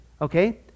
okay